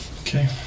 okay